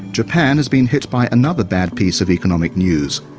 japan has been hit by another bad piece of economic news.